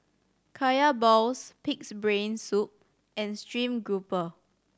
Kaya balls Pig's Brain Soup and stream grouper